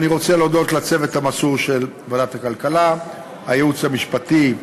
אני רוצה להודות לצוות המסור של ועדת הכלכלה: הייעוץ המשפטי,